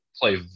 play